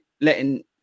letting